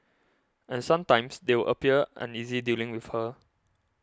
and sometimes they would appear uneasy dealing with her